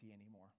anymore